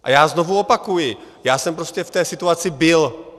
A já znovu opakuji, já jsem prostě v té situaci byl.